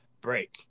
break